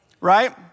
right